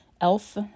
ELF